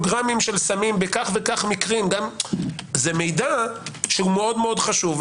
סמים בכך וכך מקרים זה מידע מאוד חשוב.